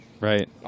Right